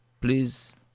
please